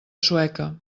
sueca